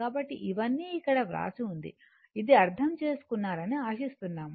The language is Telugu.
కాబట్టి ఇవన్నీ ఇక్కడ వ్రాసి ఉంది ఇది అర్థం చేసుకున్నారని ఆశిస్తున్నాము